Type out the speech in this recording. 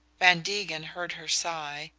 van degen heard her sigh,